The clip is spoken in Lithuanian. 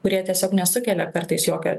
kurie tiesiog nesukelia kartais jokio